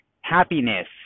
Happiness